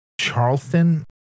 Charleston